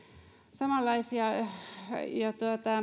samanlaisia ja